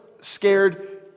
scared